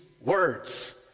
words